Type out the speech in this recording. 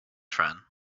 friend